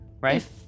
right